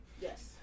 Yes